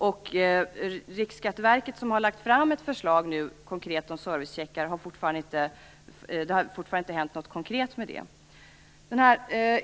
Det har fortfarande heller inte hänt något konkret med Riksskatteverkets förslag om servicecheckar.